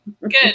Good